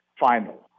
final